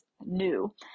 new